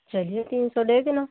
चाहिए तीन सौ दे देना